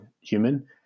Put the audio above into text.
human –